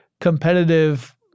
competitive